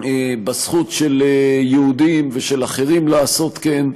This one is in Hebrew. בזכות של יהודים ושל אחרים לעשות כן,